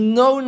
no